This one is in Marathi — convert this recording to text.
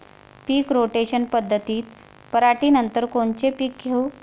पीक रोटेशन पद्धतीत पराटीनंतर कोनचे पीक घेऊ?